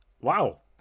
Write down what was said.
wow